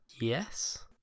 Yes